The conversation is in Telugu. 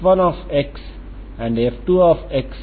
రెండు చివరలు కూడా ఇన్సులేట్ చేయబడినందున uxLt0